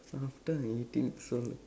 after I eating so